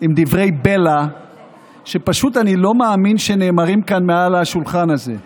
דברי בלע שפשוט אני לא מאמין שנאמרים כאן מעל השולחן הזה.